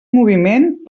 moviment